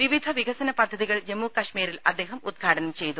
വിവിധ വികസന പദ്ധതികൾ ജമ്മുകശ്മീരിൽ അദ്ദേഹം ഉദ്ഘാടനം ചെയ്തു